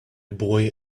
boy